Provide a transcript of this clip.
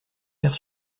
pair